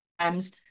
times